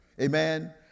Amen